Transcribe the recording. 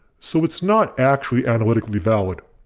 so it's not actually analytically valid.